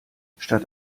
statt